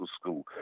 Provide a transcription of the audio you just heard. school